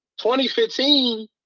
2015